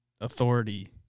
authority